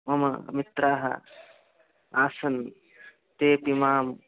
मम मित्राणि आसन् तानि अपि मां